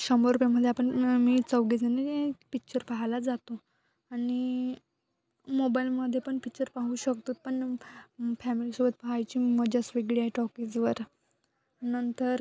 शंभर रुपयामध्ये आपण मी चौघीजणी पिक्चर पाहायला जातो आणि मोबाईलमध्ये पण पिक्चर पाहू शकतो पण फॅमिलीसोबत पाहायची मजाच वेगळी आहे टॉकीजवर नंतर